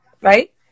right